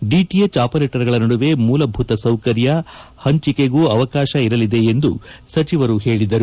DTH ಆಪರೇಟರ್ಗಳ ನಡುವೆ ಮೂಲಭೂತ ಸೌಕರ್ಯ ಹಂಚಿಕೆಗೂ ಅವಕಾಶ ಇರಲಿದೆ ಎಂದು ಸಚಿವರು ಹೇಳಿದ್ದಾರೆ